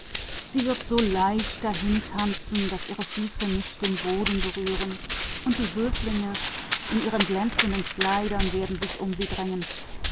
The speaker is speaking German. geige tanzen so leicht wird sie tanzen daß ihre füße den boden kaum berühren und die höflinge in ihren bunten gewändern werden sich um sie